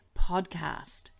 podcast